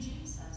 Jesus